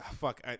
Fuck